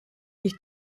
nicht